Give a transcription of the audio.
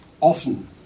often